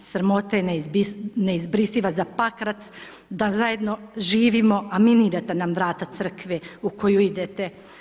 Sramota je neizbrisava za Pakrac, da zajedno živimo, a minirate nam vrata crkve u koju idete.